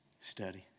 study